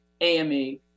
AME